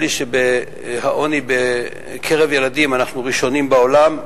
נדמה לי שבעוני בקרב ילדים אנחנו ראשונים בעולם,